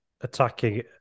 attacking